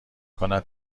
کند